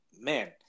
man